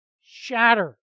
shatter